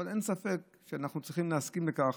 אבל אין ספק שאנחנו צריכים להסכים על כך